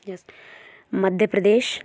yes Madhya Pradesh